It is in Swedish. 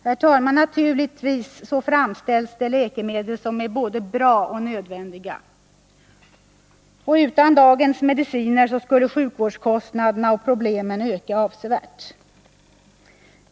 Herr talman! Naturligtvis framställs det läkemedel som är både bra och nödvändiga, och utan dagens mediciner skulle sjukvårdskostnaderna och problemen öka avsevärt.